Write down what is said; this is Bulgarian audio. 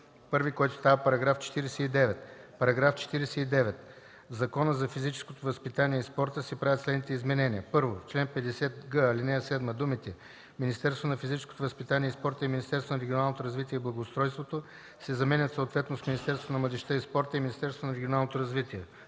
§ 51, който става § 49: „§ 49. В Закона за физическото възпитание и спорта се правят следните изменения: 1. В чл. 50г ал. 7 думите „Министерството на физическото възпитание и спорта” и „Министерството на регионалното развитие и благоустройството” се заменят съответно с „Министерството на младежта и спорта” и „Министерството на регионалното развитие”.